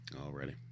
Already